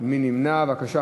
מי נמנע?